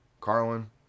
Carlin